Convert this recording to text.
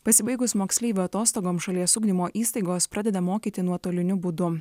pasibaigus moksleivių atostogoms šalies ugdymo įstaigos pradeda mokyti nuotoliniu būdu